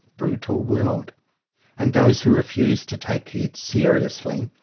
brutal world and those who refuse to take youth seriously,